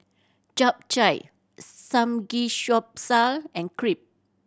Japchae Samgyeopsal and Crepe